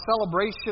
celebration